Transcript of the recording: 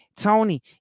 tony